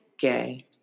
gay